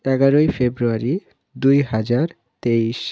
এগারোই ফেব্রুয়ারি দুই হাজার তেইশ